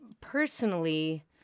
personally